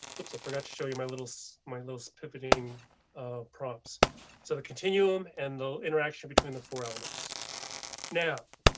whoops, i forgot to show you my little so my little pivoting prompts so the continuum and the interaction between the four elements now.